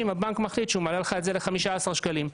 הבנק מחליט שהוא מעלה את הסכום ל-15 שקלים.